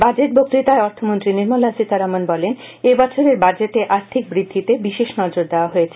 budget বক্ততায় অর্থমন্ত্রী নির্মলা সীতারমন বলেন এবছরের বাজেটে আর্থিক বৃদ্ধিতে বিশেষ নজর দেওয়া হয়েছে